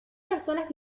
personas